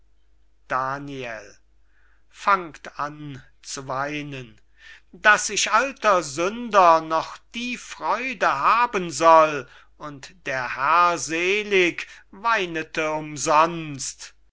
weinen daß ich alter sünder noch die freude haben soll und der herr selig weinete umsonst